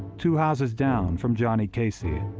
two houses down from johnny casey,